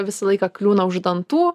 visą laiką kliūna už dantų